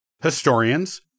historians